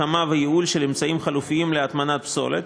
הקמה וייעול של אמצעים חלופיים להטמנת פסולת